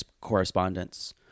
correspondence